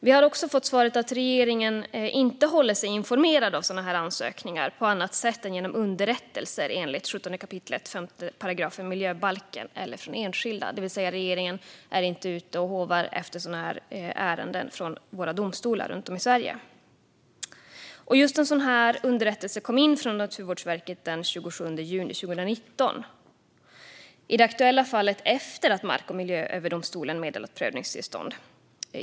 Vi har också fått svaret att regeringen inte håller sig informerad om sådana ansökningar på annat sätt än genom underrättelser enligt 17 kap. 5 § miljöbalken eller från enskilda, det vill säga regeringen är inte ute och håvar efter sådana ärenden från våra domstolar runt om i Sverige. Just en sådan här underrättelse kom in från Naturvårdsverket den 27 juni 2019, i det aktuella fallet efter att Mark och miljööverdomstolen meddelat prövningstillstånd.